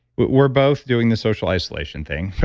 we're both doing the social isolation thing, right?